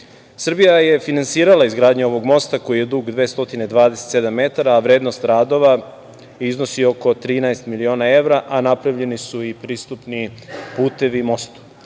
Srbija je finansirala izgradnju ovog mosta koji je dug 227 metara, a vrednost radova iznosi oko 13 miliona evra, a napravljeni su i pristupni putevi